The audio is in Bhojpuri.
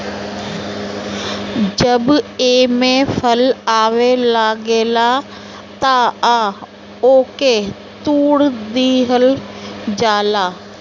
जब एमे फल आवे लागेला तअ ओके तुड़ लिहल जाला